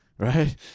right